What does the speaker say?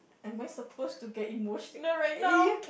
am I supposed to get emotional right now